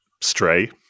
Stray